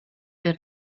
per